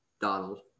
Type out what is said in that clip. Donald